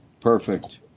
Perfect